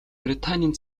британийн